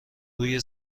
روی